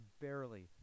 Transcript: barely